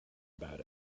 about